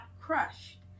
crushed